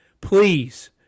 please